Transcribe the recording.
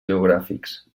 geogràfics